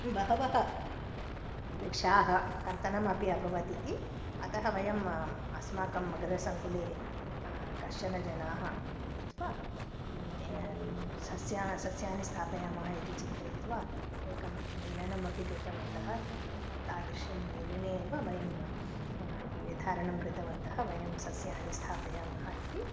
बहवः वृक्षाः कर्तनमपि अभवत् इति अतः वयम् अस्माकं मृहसङ्कुले कश्चन जनाः मिलित्वा सस्यानि सस्यानि स्थापयामः इति चिन्तयित्वा एकं मेलनमपि कृतवन्तः तादृशं मेलने एव वयं निर्धारणं कृतवन्तः वयं सस्यानि स्थापयामः इति